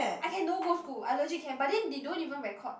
I can don't go school I legit can but then they don't even record